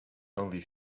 only